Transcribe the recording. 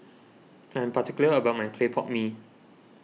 I am particular about my Clay Pot Mee